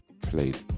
played